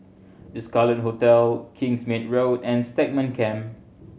The Scarlet Hotel Kingsmead Road and Stagmont Camp